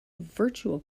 virtual